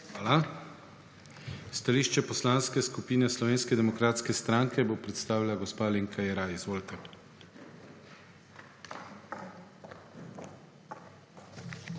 Hvala. Stališče Poslanske skupine Slovenske demokratske stranke bo predstavila gospa Alenka Jeraj. Izvolite.